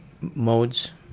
modes